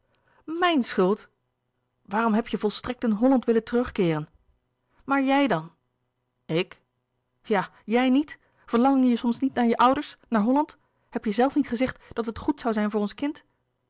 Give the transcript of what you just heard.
mijn schuld waarom heb je volstrekt in holland willen terugkeeren maar jij dan ik ja jij niet verlangde je soms niet naar je ouders naar holland heb je zelf niet gezegd dat het goed zoû zijn voor ons kind